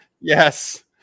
yes